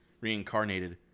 reincarnated